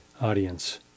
audience